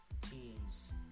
teams